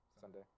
Sunday